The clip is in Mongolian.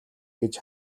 гэж